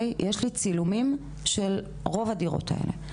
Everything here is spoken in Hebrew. יש לי צילומים של רוב הדירות האלה.